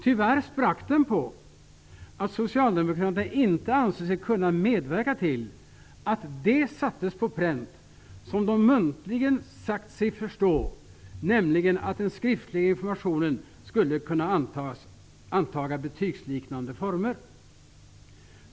Tyvärr sprack den på att socialdemokraterna inte ansåg sig kunna medverka till att det sattes på pränt -- det som de muntligt sagt sig förstå --, nämligen att den skriftliga informationen skulle kunna antaga betygsliknande former.